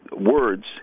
words